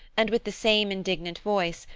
and with the same indignant voice,